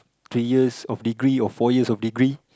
three years of degree or four years of degree